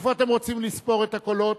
איפה אתם רוצים לספור את הקולות?